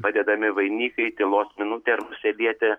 padedami vainikai tylos minutė arba sėdėti